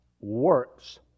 works